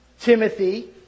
Timothy